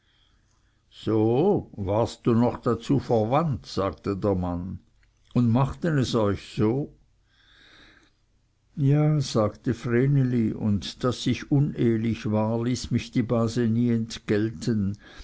so warst noch dazu verwandt sagte der mann und machten es euch so ja sagte vreneli und daß ich unehlich war ließ mich die base nie entgelten